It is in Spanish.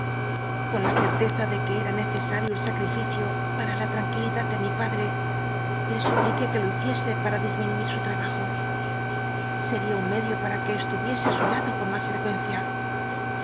con la certeza de que era necesario el sacrificio paa la llanquilidad de mi padre le supliqué que lo hiciese para disminuit su trabajo seria un medio pam que es tu iese i su lado con ni as frecuencia